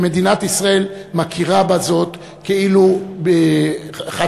שמדינת ישראל מכירה בזאת כאילו חד-צדדית.